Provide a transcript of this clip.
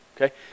okay